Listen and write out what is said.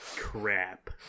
Crap